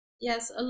Yes